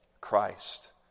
Christ